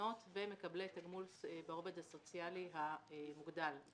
אלמנות ומקבלי תגמול ברובד הסוציאלי המוגדל.